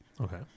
Okay